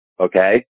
okay